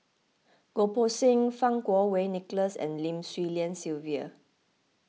Goh Poh Seng Fang Kuo Wei Nicholas and Lim Swee Lian Sylvia